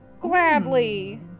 Gladly